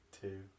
two